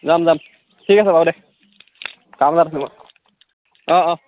যাম যাম ঠিক আছে বাৰু দে কাম এটাত আছোঁ মই অ অ